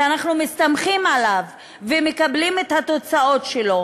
שאנחנו מסתמכים עליו ומקבלים את התוצאות שלו,